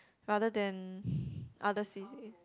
rather than other C_C_A